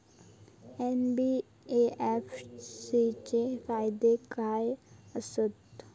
NBFC चे फायदे खाय आसत?